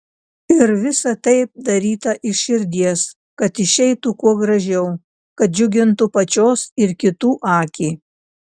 ir visa tai daryta iš širdies kad išeitų kuo gražiau kad džiugintų pačios ir kitų akį